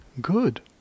Good